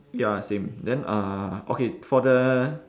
ya same then uh okay for the